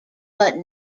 but